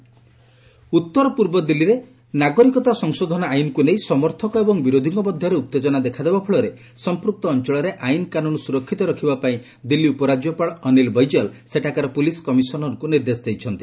Delhi LG violence ଉତ୍ତର ପୂର୍ବ ଦିଲ୍ଲୀରେ ନାଗରିକତା ସଂଶୋଧନ ଆଇନକୁ ନେଇ ସମର୍ଥକ ଏବଂ ବିରୋଧୀଙ୍କ ମଧ୍ୟରେ ଉତ୍ତେଜନା ଦେଖାଦେବା ଫଳରେ ସମ୍ପୁକ୍ତ ଅଞ୍ଚଳରେ ଆଇନ କାନୁନ ସୁରକ୍ଷିତ ରଖିବାପାଇଁ ଦିଲ୍ଲୀ ଉପରାଜ୍ୟପାଳ ଅନିଲ୍ ବୈଜଲ୍ ସେଠାକାର ପୁଲିସ୍ କମିଶନରଙ୍କୁ ନିର୍ଦ୍ଦେଶ ଦେଇଛନ୍ତି